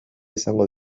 izango